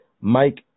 Mike